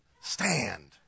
stand